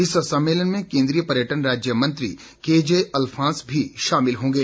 इस सम्मेलन में केन्द्रीय पर्यटन राज्य मंत्री केजे अल्फांस भी शामिल होंगे